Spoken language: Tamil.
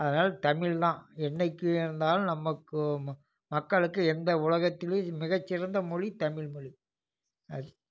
அதனால தமிழ் தான் என்றைக்கி இருந்தாலும் நமக்கு ம மக்களுக்கு எந்த உலகத்திலையும் மிகச்சிறந்த மொழி தமிழ் மொழி அது